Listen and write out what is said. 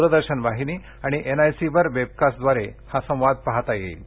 दूरदर्शन वाहिनी आणि एनआयसीवर वेबकास्टद्वारे हा संवाद पाहता येणार आहे